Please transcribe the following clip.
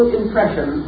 impression